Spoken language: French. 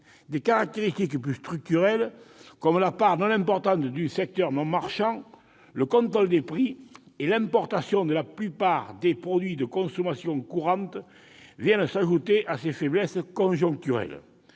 Des caractéristiques plus structurelles, comme la part importante du secteur non marchand, le contrôle des prix et l'importation de la plupart des produits de consommation courante, viennent s'ajouter à ces faiblesses conjoncturelles.